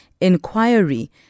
inquiry